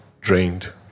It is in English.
drained